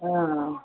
अँ